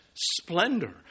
splendor